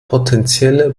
potenzielle